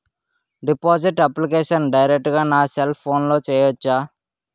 Deposit application direct గా నా cell ఫోన్లో చెయ్యచా?